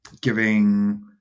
giving